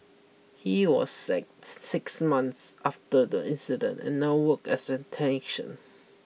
he was sacked six months after the incident and now work as a technician